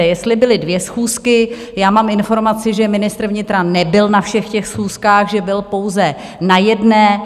Jestli byly dvě schůzky, já mám informaci, že ministr vnitra nebyl na všech těch schůzkách, že byl pouze na jedné.